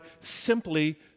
simply